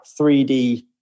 3D